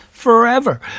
forever